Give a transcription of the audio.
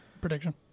prediction